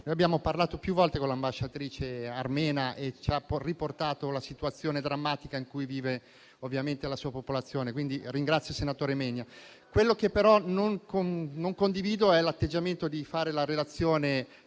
Abbiamo parlato più volte con l'ambasciatrice armena, che ci ha riportato la situazione drammatica in cui vive la sua popolazione, quindi ringrazio il senatore Menia. Quello che però non condivido è il fatto di svolgere la relazione